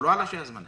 או לא השהייה זמנית.